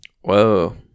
Whoa